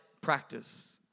practice